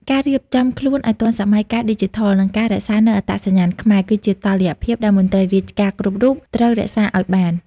ការរៀបចំខ្លួនឱ្យទាន់សម័យកាលឌីជីថល និងការរក្សានូវអត្តសញ្ញាណខ្មែរ គឺជាតុល្យភាពដែលមន្ត្រីរាជការគ្រប់រូបត្រូវរក្សាឱ្យបាន។